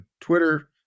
twitter